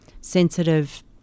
sensitive